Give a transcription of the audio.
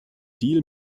deal